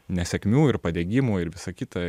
nesėkmių ir padegimų ir visa kita